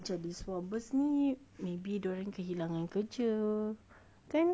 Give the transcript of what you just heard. jadi swabbers ni maybe dia orang kehilangan kerja kan